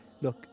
look